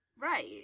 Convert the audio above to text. Right